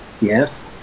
yes